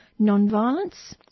Nonviolence